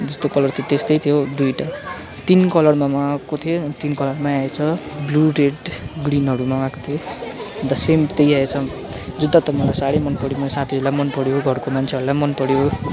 जुत्ताको कलर त त्यस्तै थियो दुइटा तिन कलरमा मगाएको थिएँ तिन कलरमै आएछ ब्लू रेड ग्निनहरू मगाएको थिएँ अन्त सेम त्यही आएछ जुत्ता त मलाई साह्रै मनपऱ्यो मेरो साथीहरूलाई पनि मनपऱ्यो घरको मान्छेहरूलाई पनि मनपऱ्यो